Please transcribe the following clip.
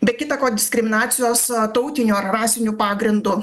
be kita ko diskriminacijos tautiniu ar rasiniu pagrindu